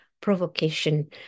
provocation